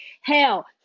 hell